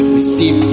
receive